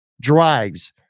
drives